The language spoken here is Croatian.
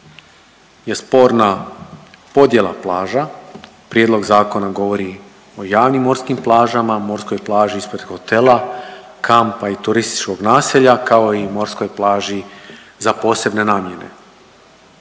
je sporna podjela plaža, prijedlog zakona govori o javnim morskim plažama, morskoj plaži ispred hotela, kampa i turističkog naselja, kao i morskoj plaži za posebne namjene.